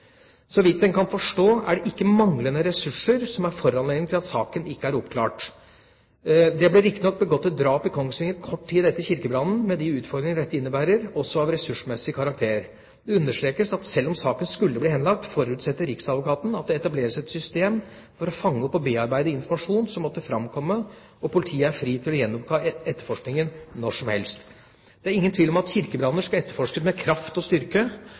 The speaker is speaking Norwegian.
Så vidt en kan forstå er det ikke manglende ressurser som er foranledningen til at saken ikke er oppklart. Det ble riktignok begått et drap i Kongsvinger kort tid etter kirkebrannen med de utfordringer dette innebærer, også av ressursmessig karakter. Det understreks at selv om saken skulle bli henlagt, forutsetter riksadvokaten at det etableres et system for å fange opp og bearbeide informasjon som måtte fremkomme og politiet er fri til å gjenoppta etterforskning når som helst. Det er ingen tvil om at kirkebranner skal etterforskes med kraft og styrke.